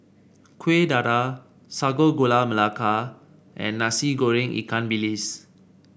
Kueh Dadar Sago Gula Melaka and Nasi Goreng Ikan Bilis